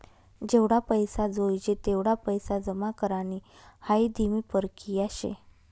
जेवढा पैसा जोयजे तेवढा पैसा जमा करानी हाई धीमी परकिया शे